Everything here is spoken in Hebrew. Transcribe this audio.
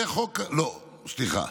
זה חוק, לא, סליחה.